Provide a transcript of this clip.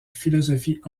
philosophie